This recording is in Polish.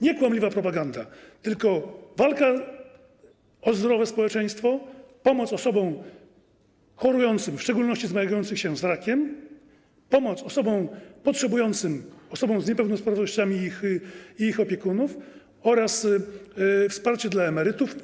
Nie kłamliwa propaganda, tylko walka o zdrowe społeczeństwo, pomoc osobom chorującym, w szczególności zmagającym się z rakiem, pomoc osobom potrzebującym, osobom z niepełnosprawnościami i ich opiekunom oraz wsparcie emerytów.